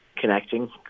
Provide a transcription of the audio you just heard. connecting